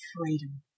freedom